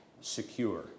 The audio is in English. secure